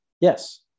yes